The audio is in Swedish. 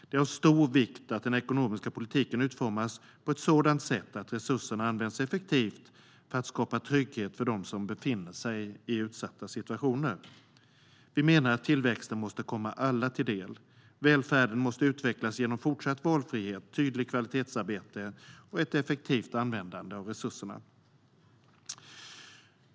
Det är av stor vikt att den ekonomiska politiken utformas på ett sådant sätt att resurserna används effektivt för att skapa trygghet för dem som befinner sig i utsatta situationer. Tillväxten måste komma alla till del. Välfärden måste utvecklas genom fortsatt valfrihet, tydligt kvalitetsarbete och ett effektivt användande av resurserna.